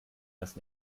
das